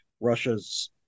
russia's